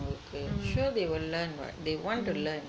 mm mm